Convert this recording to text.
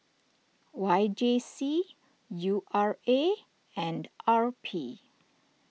Y J C U R A and R P